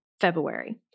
February